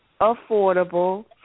affordable